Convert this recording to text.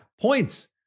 Points